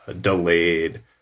delayed